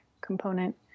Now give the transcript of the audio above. component